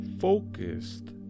focused